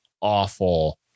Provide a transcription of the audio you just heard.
awful